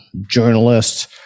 journalists